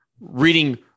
reading